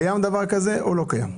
קיים דבר כזה או לא קיים?